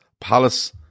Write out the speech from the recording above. Palace